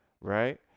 right